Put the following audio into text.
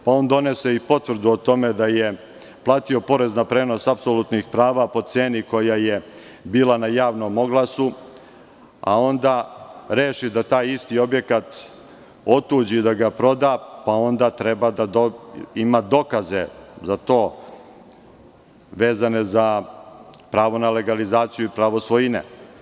On donese i potvrdu o tome da je platio porez na prenos apsolutnih prava po ceni koja je bila na javnom oglasu, a onda reši da taj isti objekat otuđi, da ga proda, pa onda treba da ima dokaze za to, vezane za pravo na legalizaciju i pravo svojine.